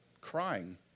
crying